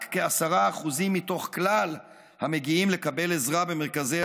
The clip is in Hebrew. רק כ-10% מתוך כלל המגיעים לקבל עזרה במרכזי